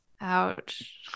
Ouch